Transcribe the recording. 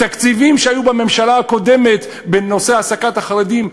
תקציבים שהיו בממשלה הקודמת בנושא העסקת החרדים,